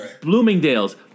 Bloomingdale's